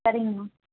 சரிங்கம்மா